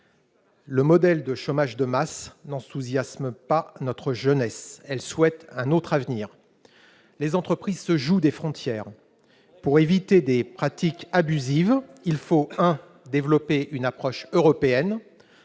Le modèle de chômage de masse non sous asthme pas notre jeunesse, elle souhaite un autre avenir, les entreprises se joue des frontières pour éviter des pratiques abusives, il faut un développer une approche européenne